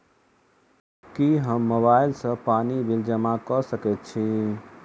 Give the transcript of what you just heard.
की हम मोबाइल सँ पानि बिल जमा कऽ सकैत छी?